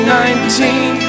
nineteen